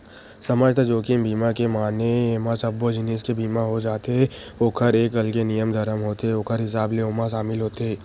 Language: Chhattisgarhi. समस्त जोखिम बीमा के माने एमा सब्बो जिनिस के बीमा हो जाथे ओखर एक अलगे नियम धरम होथे ओखर हिसाब ले ओमा सामिल होथे